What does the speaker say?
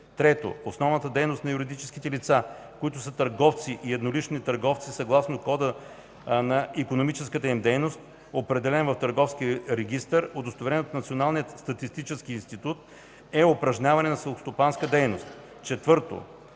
3. основната дейност на юридическите лица, които са търговци и едноличните търговци съгласно Кода на икономическата им дейност, определен в търговския регистър, удостоверен от Националния статистически институт, е упражняване на селскостопанска дейност; 4.